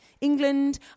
England